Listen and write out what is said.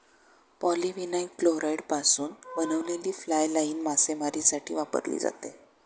polyvinyl क्लोराईडपासून बनवलेली fly line मासेमारीसाठी वापरली जाते